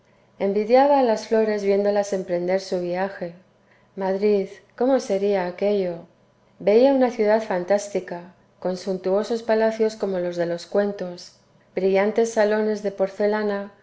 a las flores viéndolas emprender su viaje madrid cómo sería aquello veía una ciudad fantástica con suntuosos palacios como los de los cuentos brillantes salones de porcelana